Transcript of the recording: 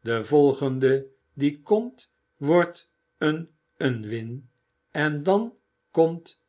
de volgende die komt wordt een unwin en dan komt